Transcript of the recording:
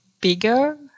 bigger